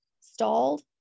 stalled